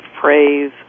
phrase